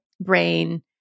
brain